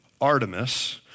Artemis